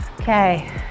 Okay